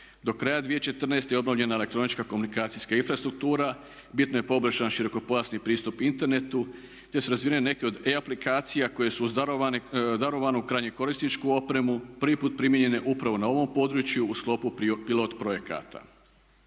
Do kraja 2014.je obnovljena elektronička komunikacijska infrastruktura, bitno je poboljšan širokopojasni pristup internetu te su razvijene neke od E aplikacija koje su uz darovanu krajnjekorisničku opremu prvi put primijenjene upravo na ovom području u sklopu pilot projekata.